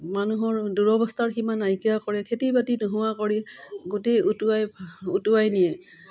মানুহৰ দূৰৱস্থাৰ সিমান নইকিয়া কৰে খেতি বাতি নোহোৱা কৰি গোটেই উটুৱাই উটুৱাই নিয়ে